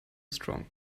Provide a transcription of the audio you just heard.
strong